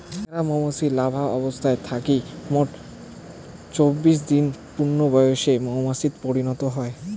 চেংরা মৌমাছি লার্ভা অবস্থা থাকি মোট চব্বিশ দিনত পূর্ণবয়সের মৌমাছিত পরিণত হই